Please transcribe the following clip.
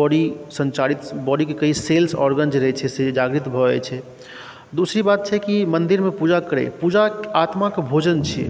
body संचारित बॉडीके कई सेल्स औरगन जे रहै छै से जागृत भऽ जाइ छै दोसर बात छै जे कि मन्दिरमे पूजा करैत पूजा आत्माके भोजन छिए